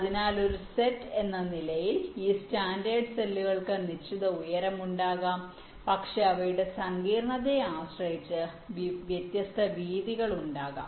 അതിനാൽ ഒരു സെറ്റ് എന്ന നിലയിൽ ഈ സ്റ്റാൻഡേർഡ് സെല്ലുകൾക്ക് നിശ്ചിത ഉയരമുണ്ടാകാം പക്ഷേ അവയുടെ സങ്കീർണ്ണതയെ ആശ്രയിച്ച് വ്യത്യസ്ത വീതികൾ ഉണ്ടാകാം